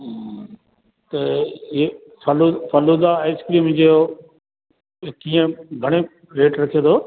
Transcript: त इहे फलू फलूदा आईसक्रीम जो कीअं घणे रेट रखियो अथव